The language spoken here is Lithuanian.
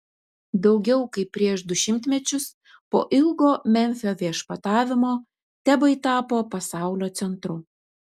daugiau kaip prieš du šimtmečius po ilgo memfio viešpatavimo tebai tapo pasaulio centru